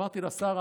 ואמרתי לה: שרה,